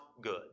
good